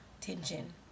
tension